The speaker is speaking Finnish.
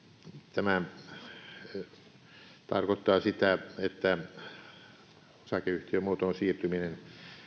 tämä tarkoittaa sitä että osakeyhtiömuotoon siirtyminen